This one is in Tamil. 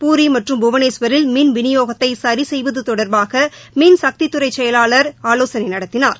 பூரி மற்றும் புவனேஸ்வரில் மின் விழியோகத்தை சரி செய்வது தொடர்பாக மின்சக்தித்துறை செயலாளர் ஆலோசனை நடத்தினார்